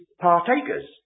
partakers